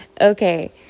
Okay